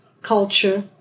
culture